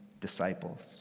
disciples